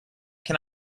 can